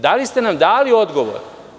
Da li ste nam dali odgovor?